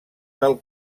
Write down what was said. del